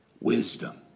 wisdom